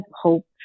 hope